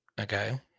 Okay